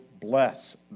bless